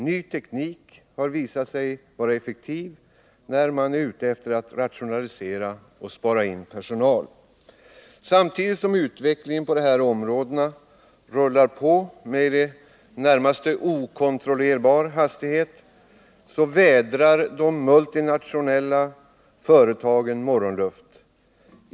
Ny teknik har visat sig effektiv när man är ute efter att rationalisera och spara in personal. Samtidigt som utvecklingen på de här områdena rullar på med i det närmaste okontrollerbar hastighet vädrar de multinationella företagen morgonluft.